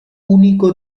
único